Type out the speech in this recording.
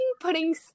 putting